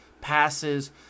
passes